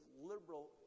liberal